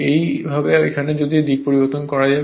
এই ভাবে এখানে দিক পরিবর্তন করা যাবে